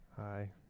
Hi